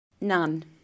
None